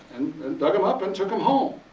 and dug them up, and took him home.